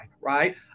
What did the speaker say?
right